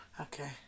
Okay